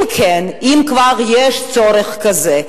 אם כן, אם כבר יש צורך כזה,